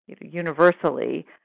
universally